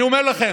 אני אומר לכם: